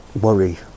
worry